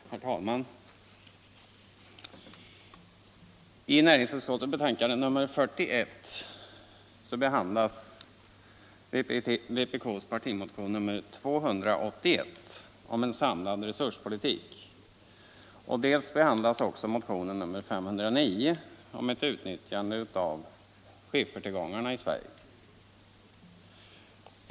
Herr talman! I näringsutskottets betänkande nr 41 behandlas dels vpk:s partimotion nr 281 om en samlad resurspolitik, dels motionen 509 om utnyttjande av skiffertillgångarna i Sverige.